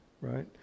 right